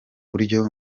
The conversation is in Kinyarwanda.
buryo